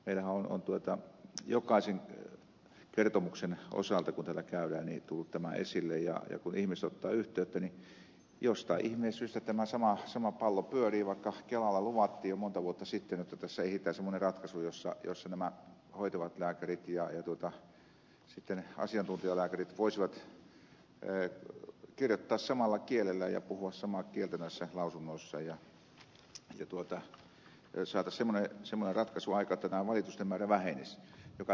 meillähän on jokaisen kertomuksen osalta kun täällä käydään tullut tämä esille ja kun ihmiset ottavat yhteyttä niin jostain ihmeen syystä tämä sama pallo pyörii vaikka kelalla luvattiin jo monta vuotta sitten jotta tässä etsitään semmoinen ratkaisu jossa hoitavat lääkärit ja sitten asiantuntijalääkärit voisivat kirjoittaa samalla kielellä ja puhua samaa kieltä lausunnoissaan ja saataisiin semmoinen ratkaisu aikaan jotta valitusten määrä vähenisi